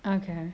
okay